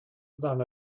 than